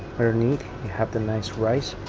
underneath, you have the nice rice.